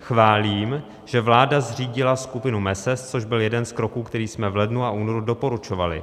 Chválím, že vláda zřídila skupinu MeSES, což byl jeden z kroků, který jsme v lednu a únoru doporučovali.